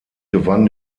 gewann